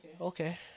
Okay